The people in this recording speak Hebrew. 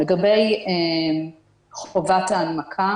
לגבי חובת ההנמקה